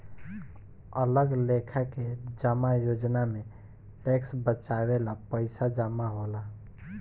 अलग लेखा के जमा योजना में टैक्स बचावे ला पईसा जमा होला